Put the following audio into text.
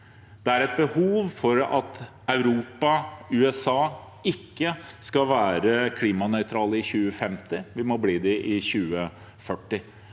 Det er et behov for at Europa og USA ikke skal være klimanøytrale i 2050; vi må bli det i 2040.